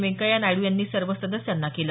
व्यंकय्या नायडू यांनी सर्व सदस्यांना केल